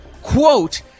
quote